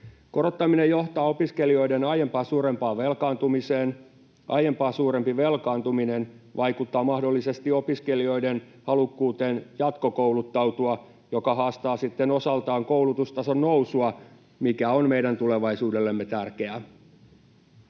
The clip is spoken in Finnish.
Korottaminen johtaa opiskelijoiden aiempaa suurempaan velkaantumiseen. Aiempaa suurempi velkaantuminen vaikuttaa mahdollisesti opiskelijoiden halukkuuteen jatkokouluttautua, mikä haastaa sitten osaltaan koulutustason nousua, joka on meidän tulevaisuudellemme tärkeää.